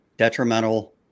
detrimental